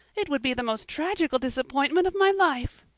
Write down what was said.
it would be the most tragical disappointment of my life.